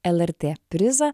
lrt prizą